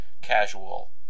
casual